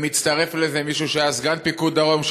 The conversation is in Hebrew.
ומצטרף לזה מישהו שהיה סגן פיקוד העורף,